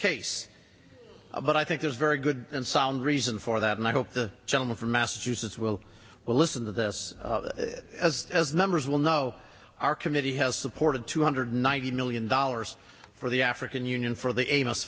case but i think there's a very good and sound reason for that and i hope the gentleman from massachusetts will listen to this as as members will know our committee has supported two hundred ninety million dollars for the african union for the amos